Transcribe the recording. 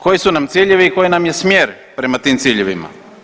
Koji su nam ciljevi i koji nam je smjer prema tim ciljevima?